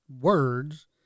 words